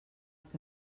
que